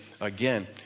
again